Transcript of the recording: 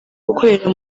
gukorera